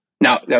Now